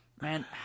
Man